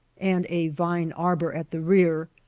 and a vine arbor at the rear,